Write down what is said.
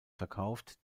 verkauft